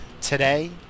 today